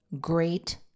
great